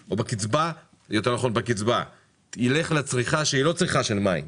בקצבה, ילך לצריכה שהיא לא צריכה של מים.